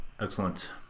Excellent